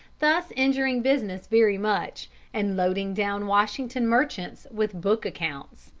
thus injuring business very much and loading down washington merchants with book accounts,